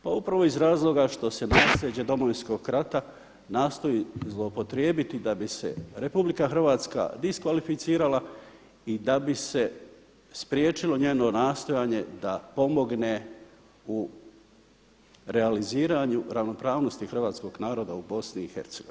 Pa upravo iz razloga što se nasljeđe Domovinskog rata nastoji zlouporabiti da bi se RH diskvalificirala i da bi se spriječilo njeno nastojanje da pomogne u realiziranju ravnopravnosti hrvatskog naroda u BiH.